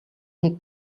нэг